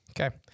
Okay